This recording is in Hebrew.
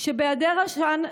שבהיעדר עשן,